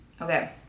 Okay